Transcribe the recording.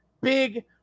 big